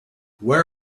where